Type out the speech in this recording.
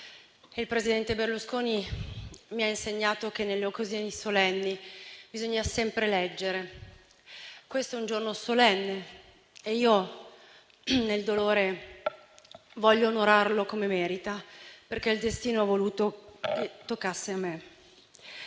il presidente Berlusconi mi ha insegnato che nelle occasioni solenni bisogna sempre leggere. Questo è un giorno solenne e io, nel dolore, voglio onorarlo come merita, perché il destino ha voluto che toccasse a me.